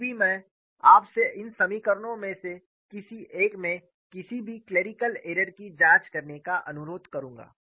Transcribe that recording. फिर भी मैं आपसे इन समीकरणों में से किसी एक में किसी भी क्लेरिकल एरर की जांच करने का अनुरोध करूंगा